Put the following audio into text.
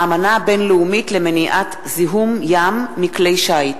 האמנה הבין-לאומית למניעת זיהום ים מכלי שיט.